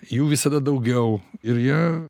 jų visada daugiau ir jie